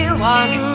one